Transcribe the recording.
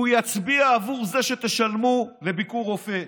הוא יצביע עבור זה שתשלמו על ביקור רופא,